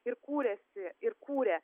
ir kūrėsi ir kūrė